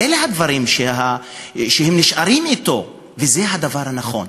אלה הדברים שנשארים אתו, וזה הדבר הנכון.